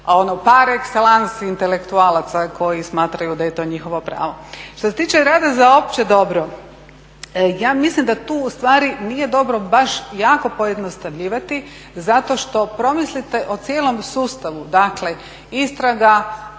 par excellence intelektualaca koji smatraju da je to njihovo pravo. Što se tiče rada za opće dobro, ja mislim da tu ustvari nije dobro baš jako pojednostavljivati zato što promislite o cijelom sustavu dakle istraga,